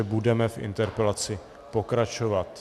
Budeme v interpelaci pokračovat.